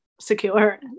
secure